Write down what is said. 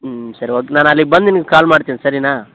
ಹ್ಞೂ ಸರಿ ಓಕೆ ನಾನು ಅಲ್ಲಿಗೆ ಬಂದು ನಿಮಿಗೆ ಕಾಲ್ ಮಾಡ್ತಿನಿ ಸರಿನಾ